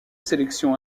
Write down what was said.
sélection